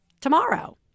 tomorrow